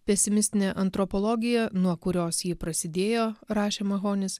pesimistinė antropologija nuo kurios ji prasidėjo rašė mahonis